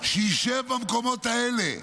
שישב במקומות האלה.